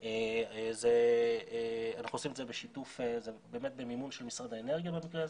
זה באמת במימון של משרד האנרגיה במקרה הזה,